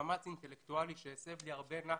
מאמץ אינטלקטואלי שהסב לי הרבה נחת,